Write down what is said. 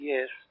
Yes